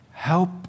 Help